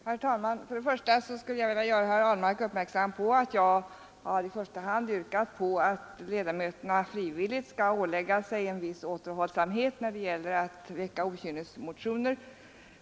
Herr talman! För det första vill jag göra herr Ahlmark uppmärksam på att jag främst yrkade på att ledamöterna frivilligt skall ålägga sig en viss återhållsamhet med att väcka okynnesmotioner.